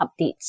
updates